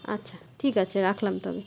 আচ্ছা ঠিক আছে রাখলাম তবে